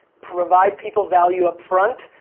provide people value up front,